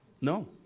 No